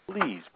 please